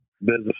business